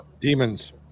Demons